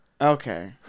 Okay